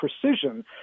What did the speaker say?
precision